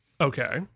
Okay